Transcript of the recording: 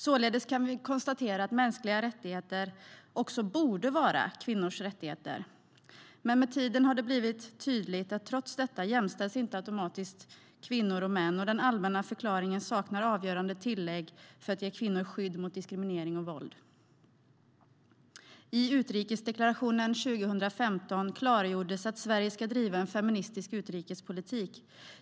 Således kan vi konstatera att mänskliga rättigheter också borde vara kvinnors rättigheter. Men med tiden har det blivit tydligt att trots detta jämställs inte automatiskt kvinnor och män, och den allmänna förklaringen saknar avgörande tillägg för att ge kvinnor skydd mot diskriminering och våld. I utrikesdeklarationen 2015 klargjordes att Sverige ska driva en feministisk utrikespolitik.